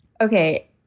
Okay